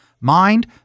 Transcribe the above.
mind